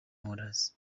models